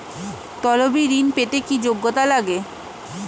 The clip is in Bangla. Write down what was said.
তলবি ঋন পেতে কি যোগ্যতা লাগে?